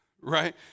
Right